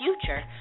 future